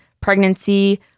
pregnancy